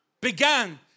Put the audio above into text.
Began